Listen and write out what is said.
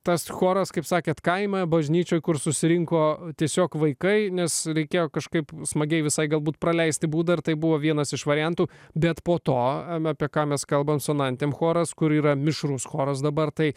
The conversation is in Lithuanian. tas choras kaip sakėte kaimo bažnyčioje kur susirinko tiesiog vaikai nes reikėjo kažkaip smagiai visai galbūt praleisti būdą tai buvo vienas iš variantų bet po to apie ką mes kalbame su antim choras kur yra mišrus choras dabar tai